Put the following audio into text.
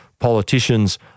politicians